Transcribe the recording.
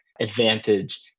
advantage